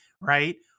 right